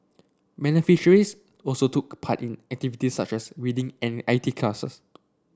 beneficiaries also took part in activities such as reading and I T classes